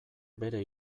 bere